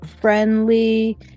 Friendly